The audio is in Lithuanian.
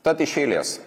tad iš eilės